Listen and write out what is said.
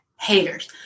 haters